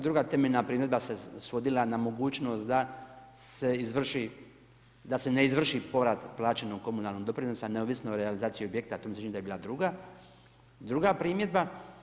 Druga temeljna primjedba se svodila na mogućnost da se izvrši, da se ne izvrši povrat plaćenog komunalnog doprinosa neovisno o realizaciji objekta, a to mi se čini da je bila druga primjedba.